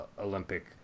Olympic